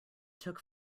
took